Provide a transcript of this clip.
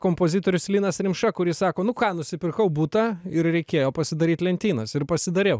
kompozitorius linas rimša kuris sako nu ką nusipirkau butą ir reikėjo pasidaryt lentynas ir pasidariau